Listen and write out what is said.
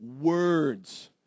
words